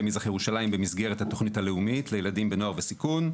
מזרח ירושלים במסגרת התכנית הלאומית לילדים ונוער בסיכון,